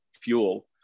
fuel